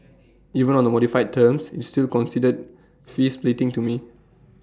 even on the modified terms it's still considered fee splitting to me